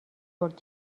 خرد